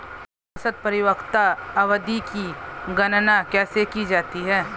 औसत परिपक्वता अवधि की गणना कैसे की जाती है?